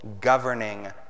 governing